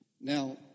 Now